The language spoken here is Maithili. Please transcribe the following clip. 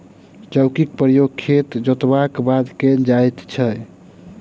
चौकीक प्रयोग खेत जोतलाक बाद कयल जाइत छै